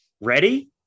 Ready